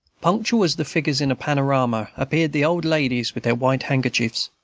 punctual as the figures in a panorama appeared the old ladies with their white handkerchiefs.